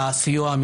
של עיקול.